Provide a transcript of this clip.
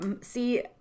See